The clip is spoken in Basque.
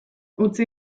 utzi